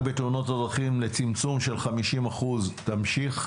בתאונות הדרכים ולצמצום של 50% האם היא תמשיך?